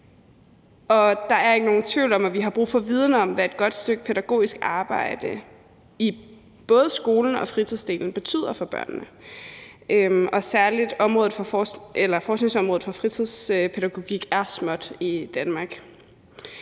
Der er ikke nogen tvivl om, at vi har brug for viden om, hvad et godt stykke pædagogisk arbejde i både skole- og fritidsdelen betyder for børnene, og særlig forskningsområdet for fritidspædagogik er småt i Danmark.